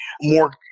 more